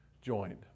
joined